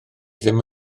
ddim